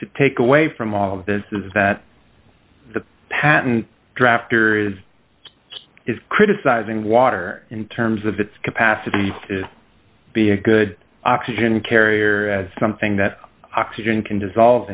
to take away from all of this is that the patent drafter is criticizing water in terms of its capacity to be a good oxygen carrier as something that oxygen can dissolve